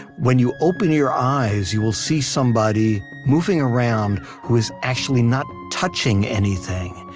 when you open your eyes, you will see somebody moving around who is actually not touching anything,